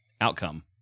outcome